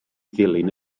ddilyn